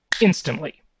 instantly